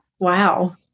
wow